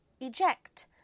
Eject